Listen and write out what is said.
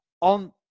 on